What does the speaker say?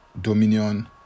dominion